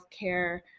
healthcare